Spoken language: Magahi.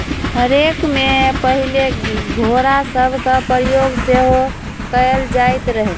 हे रेक में पहिले घोरा सभके प्रयोग सेहो कएल जाइत रहै